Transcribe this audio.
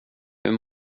hur